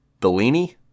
Bellini